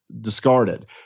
discarded